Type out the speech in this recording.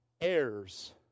heirs